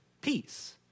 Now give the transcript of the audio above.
peace